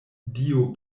dio